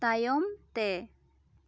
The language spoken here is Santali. ᱛᱟᱭᱚᱢ ᱛᱮ